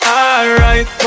alright